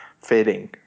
fitting